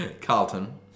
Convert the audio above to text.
Carlton